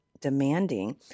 demanding